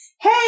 Hey